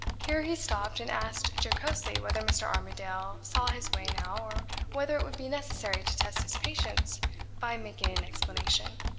here he stopped, and asked jocosely whether mr. armadale saw his way now, or whether it would be necessary to test his patience by making an explanation.